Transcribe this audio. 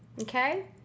okay